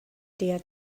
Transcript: der